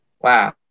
wow